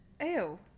ew